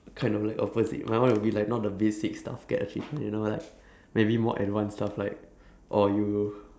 kind of like opposite my one will be like not the basic stuff get achievement you know like maybe more advance stuff like or you